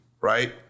right